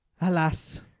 Alas